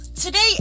today